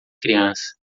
criança